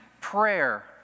prayer